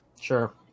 Sure